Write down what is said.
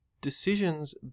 decisions